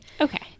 Okay